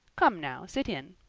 come now, sit in.